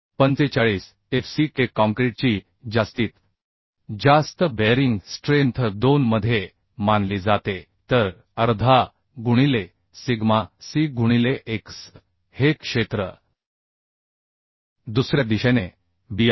45fck काँक्रीटची जास्तीत जास्त बेअरिंग स्ट्रेंथ 2 मध्ये मानली जाते तर अर्धा गुणिले सिग्मा c गुणिले x हे क्षेत्र दुसऱ्या दिशेने b आहे